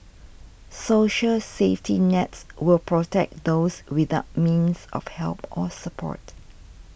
social safety nets will protect those without means of help or support